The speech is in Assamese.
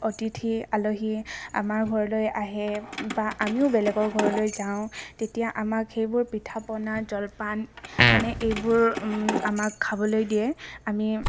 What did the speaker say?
অতিথি আলহী আমাৰ ঘৰলৈ আহে বা আমিও বেলেগৰ ঘৰলৈ যাওঁ তেতিয়া আমাক সেইবোৰ পিঠা পনা জলপান মানে এইবোৰ আমাক খাবলৈ দিয়ে আমি